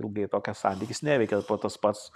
ilgai tokie santykis neveikia arba tas pats